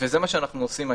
זה מה אנחנו עושים היום.